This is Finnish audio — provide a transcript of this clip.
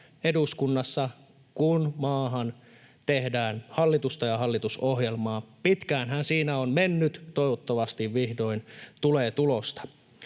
eduskunnassa, kun maahan tehdään hallitusta ja hallitusohjelmaa. Pitkäänhän siinä on mennyt, toivottavasti vihdoin tulee tulosta.